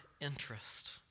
interest